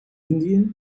indian